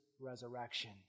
resurrection